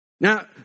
Now